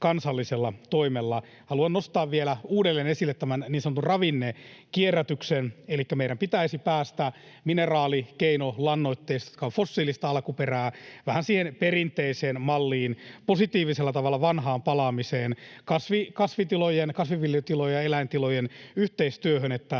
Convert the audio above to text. Haluan nostaa vielä uudelleen esille tämän niin sanotun ravinnekierrätyksen. Elikkä meidän pitäisi päästä mineraalikeinolannoitteista, jotka ovat fossiilista alkuperää, vähän siihen perinteiseen malliin, positiivisella tavalla vanhaan palaamiseen, kasvinviljelytilojen ja eläintilojen yhteistyöhön niin, että